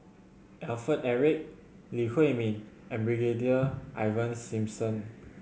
Alfred Eric Lee Huei Min and Brigadier Ivan Simson